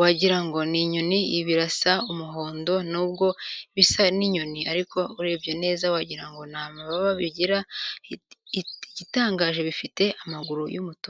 wagira ngo ni inyoni, birasa umuhondo. Nubwo bisa n'inyoni ariko urebye neza wagira ngo nta mababa bigira, igitangaje bifite amaguru y'umutuku.